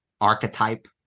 archetype